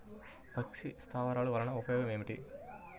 పక్షి స్థావరాలు వలన ఉపయోగం ఏమిటి?